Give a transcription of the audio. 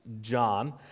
John